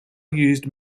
used